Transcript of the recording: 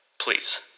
please